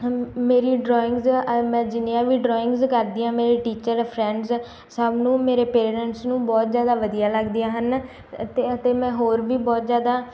ਹ ਮੇਰੀ ਡਰਾਇੰਗ ਜਾਂ ਮੈਂ ਜਿੰਨੀਆਂ ਵੀ ਡਰਾਇੰਗਜ਼ ਕਰਦੀ ਹਾਂ ਮੇਰੇ ਟੀਚਰ ਫਰੈਂਡਸ ਸਭ ਨੂੰ ਮੇਰੇ ਪੇਰੈਂਟਸ ਨੂੰ ਬਹੁਤ ਜ਼ਿਆਦਾ ਵਧੀਆ ਲੱਗਦੀਆਂ ਹਨ ਅਤੇ ਅਤੇ ਮੈਂ ਹੋਰ ਵੀ ਬਹੁਤ ਜ਼ਿਆਦਾ